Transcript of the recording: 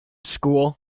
school